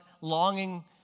longing